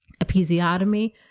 episiotomy